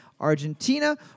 Argentina